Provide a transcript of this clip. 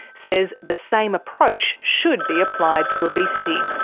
says the same approach should be applied to obesity.